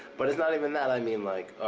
but it's not even that. i mean, like,